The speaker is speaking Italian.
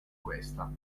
questa